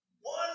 one